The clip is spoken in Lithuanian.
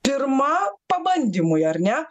pirma pabandymui ar ne